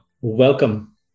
welcome